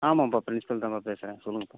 ஆமாப்பா ப்ரின்ஸ்பல் தான்ப்பா பேசுகிறேன் சொல்லுங்கப்பா